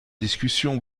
discussion